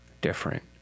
different